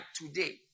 today